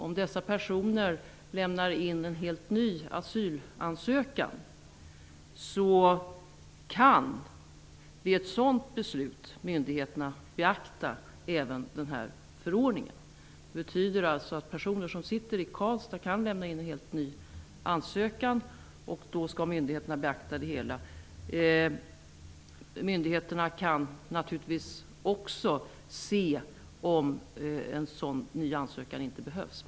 Om dessa personer lämnar in en helt ny asylansökan kan myndigheterna vid ett sådant beslut beakta även den här förordningen. Det betyder alltså att personer som sitter i Karlstad kan lämna in en helt ny ansökan. Då skall myndigheterna beakta hela ärendet. Myndigheterna kan naturligtvis också se om en sådan ny ansökan inte behövs.